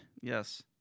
Yes